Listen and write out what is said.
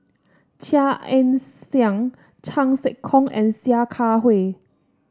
Chia Ann Siang Chan Sek Keong and Sia Kah Hui